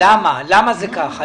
למה זה כך?